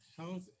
health